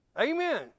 Amen